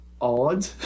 odd